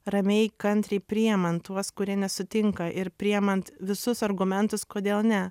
ramiai kantriai priimant tuos kurie nesutinka ir priimant visus argumentus kodėl ne